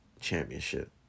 championship